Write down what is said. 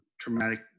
traumatic